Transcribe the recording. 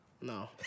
No